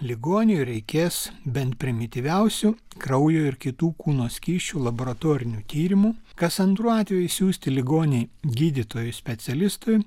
ligoniui reikės bent primityviausių kraujo ir kitų kūno skysčių laboratorinių tyrimų kas antru atveju siųsti ligonį gydytojui specialistui